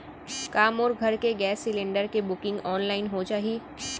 का मोर घर के गैस सिलेंडर के बुकिंग ऑनलाइन हो जाही?